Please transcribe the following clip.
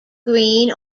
green